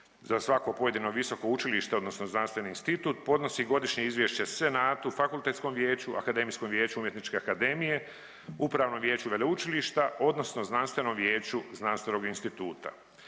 za svako pojedino visoko učilište odnosno znanstveni institut podnosi godišnje izvješće senatu, fakultetskom vijeću, akademijskom vijeću umjetničke akademije, upravnom vijeću veleučilišta odnosno znanstvenom vijeću znanstvenog instituta.